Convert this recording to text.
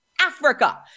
Africa